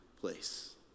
place